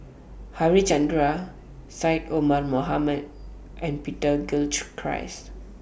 Harichandra Syed Omar Mohamed and Peter Gilchrist